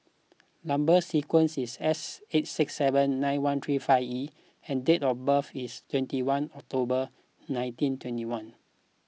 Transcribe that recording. Number Sequence is S eight six seven nine one three five E and date of birth is twenty one October nineteen twenty one